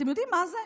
אתם יודעים מה זה?